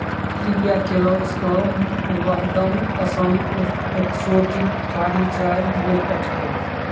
कृपया केलॉग्सके वहदम असम एक्सोटिक कारी चाय नहि पठाएब